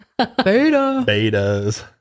Betas